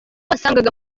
wasangaga